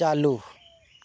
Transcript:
ᱪᱟᱞᱩ